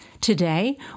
Today